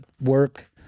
work